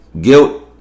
Guilt